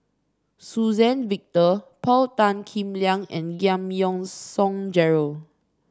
Suzann Victor Paul Tan Kim Liang and Giam Yean Song Gerald